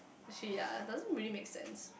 she ya doesn't really make sense